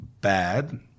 bad